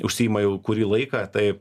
užsiima jau kurį laiką tai